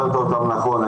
אמרת אותם נכון.